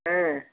ஆ